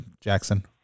Jackson